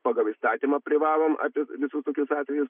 pagal įstatymą privalom apie visų tokius atvejus